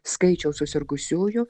skaičiaus susirgusiųjų